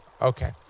Okay